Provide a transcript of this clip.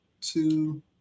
two